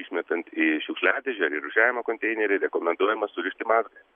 išmetant į šiukšliadėžę ir žemą konteinerį rekomenduojama surišt į mazgą